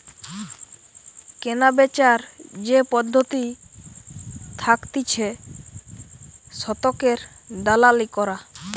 কেনাবেচার যে পদ্ধতি থাকতিছে শতকের দালালি করা